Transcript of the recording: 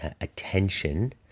attention